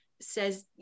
says